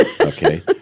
okay